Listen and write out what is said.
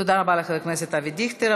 תודה רבה לחבר הכנסת אבי דיכטר.